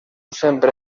sempre